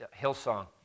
Hillsong